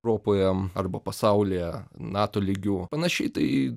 europoje arba pasaulyje nato lygiu panašiai tai